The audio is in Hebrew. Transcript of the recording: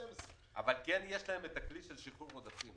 1/12. אבל כן יש להם את הכלי של שחרור עודפים.